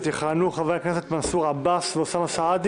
יכהנו: חבר הכנסת מנסור עבאס ואוסאמה סעדי